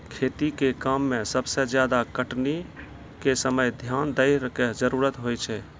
खेती के काम में सबसे ज्यादा कटनी के समय ध्यान दैय कॅ जरूरत होय छै